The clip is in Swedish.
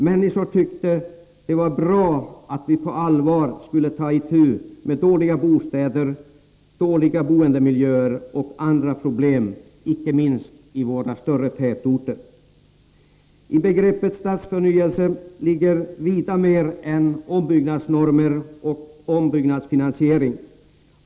Människor tyckte det var bra att vi på allvar skulle ta itu med dåliga bostäder, dåliga boendemiljöer och andra problem, icke minst i våra större tätorter. I begreppet stadsförnyelse ligger vida mer än ombyggnadsnormer och ombyggnadsfinansiering.